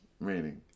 meaning